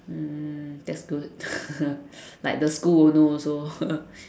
mm that's good like the school won't know also